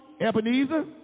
Ebenezer